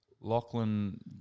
Lachlan